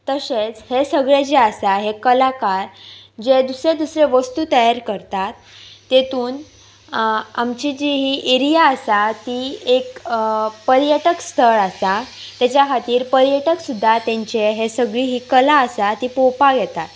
तशेंच हे सगळे जे आसा हे कलाकार जे दुसरे दुसरे वस्तू तयार करतात तेतून आमची जी ही एरिया आसा ती एक पर्यटक स्थळ आसा तेज्या खातीर पर्यटक सुद्दां तेंचे हे सगळी ही कला आसा ती पळोवपाक येतात